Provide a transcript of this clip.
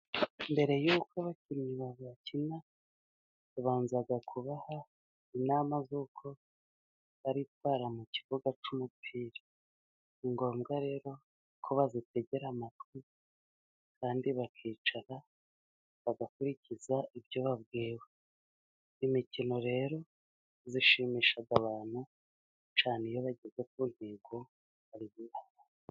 Mbere y'uko abakinnyi bakina, babanza kubaha inama z'uko baritwara mu kibuga cy'umupira. Ni ngombwa rero ko bazitegera amatwi, kandi bakicara bagakurikiza ibyo babwiwe. Imikino rero ishimisha abantu cyane, iyo bageze ku ntego bari bihaye.